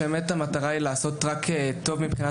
כשהמטרה היא לעשות רק טוב.